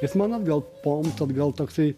jis man atgal pomt atgal toksai